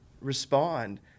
respond